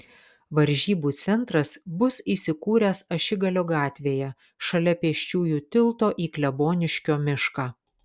varžybų centras bus įsikūręs ašigalio gatvėje šalia pėsčiųjų tilto į kleboniškio mišką